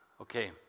Okay